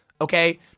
Okay